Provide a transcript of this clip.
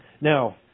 Now